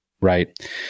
right